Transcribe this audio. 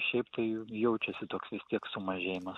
šiaip tai jaučiasi toks vis tiek sumažėjimas